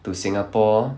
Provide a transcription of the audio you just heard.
to singapore